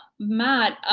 matt,